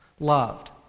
Loved